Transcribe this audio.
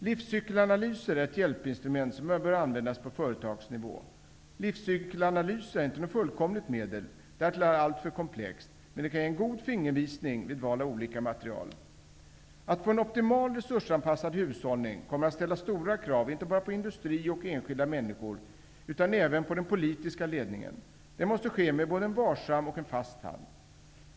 Livscykelanalyser är ett hjälpinstrument som bör användas på företagsnivå. Livscykelanalyser är inte något fullkomligt medel, därtill är det alltför komplext, men det kan ge en god fingervisning vid val av olika material. Att få en optimal resursanpassad hushållning kommer att ställa stora krav inte bara på industri och enskilda människor utan även på den politiska ledningen. Den måste ske med både en varsam och en fast hand.